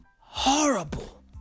horrible